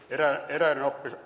erään